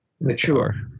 mature